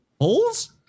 holes